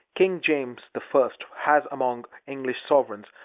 king james the first has, among english sovereigns,